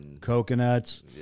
Coconuts